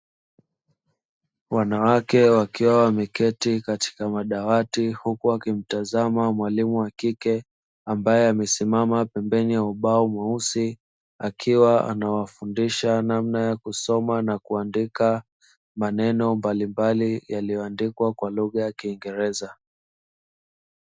Wanawake wakiwa wameketi katika madawati huku akimtazama mwalimu wa kike ambaye amesimama pembeni ya ubao mweusi, akiwa anawafundisha namna ya kusoma na kuandika maneno mbalimbali, yaliyoandikwa kwa lugha ya kiingereza.